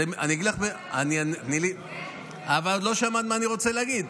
זה לא דומה, אבל עוד לא שמעת מה אני רוצה להגיד.